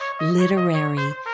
literary